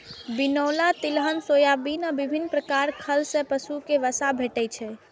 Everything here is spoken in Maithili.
बिनौला, तिलहन, सोयाबिन आ विभिन्न प्रकार खल सं पशु कें वसा भेटै छै